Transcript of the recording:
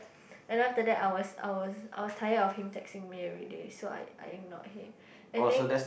and then after that I was I was I was tired of him texting me everyday so I I ignored him and then